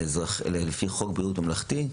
לפי חוק בריאות ממלכתי,